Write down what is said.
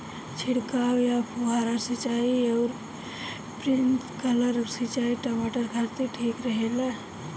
छिड़काव या फुहारा सिंचाई आउर स्प्रिंकलर सिंचाई टमाटर खातिर ठीक होला?